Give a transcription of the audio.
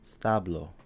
Stablo